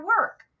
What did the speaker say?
work